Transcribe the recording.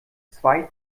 zwei